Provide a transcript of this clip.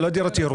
ולא דירות ירושה.